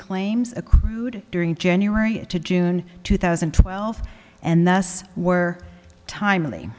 claims accrued during january to june two thousand and twelve and thus were timely